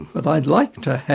but i'd like to have.